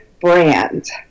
brand